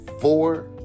four